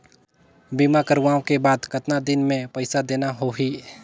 बीमा करवाओ के बाद कतना दिन मे पइसा देना हो ही?